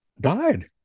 died